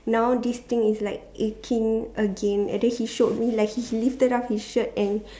now this thing is like aching again and then he showed me like he lifted up his shirt and